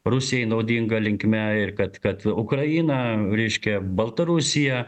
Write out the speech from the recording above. rusijai naudinga linkme ir kad kad ukraina reiškia baltarusija